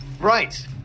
Right